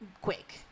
quick